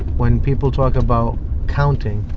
when people talk about counting,